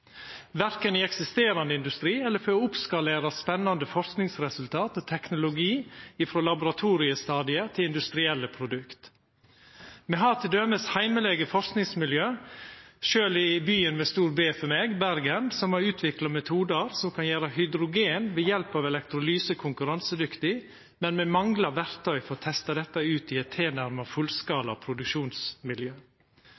verken i eksisterande industri eller for å skalera opp spennande forskingsresultat og teknologi frå laboratoriestadiet til industrielle produkt. Me har t.d. heimlege forskingsmiljø i byen med stor B for meg, Bergen, som har utvikla metodar som kan gjera hydrogen framstilt ved hjelp av elektrolyse, konkurransedyktig, men me manglar verktøy for å testa dette ut i eit tilnærma